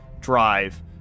drive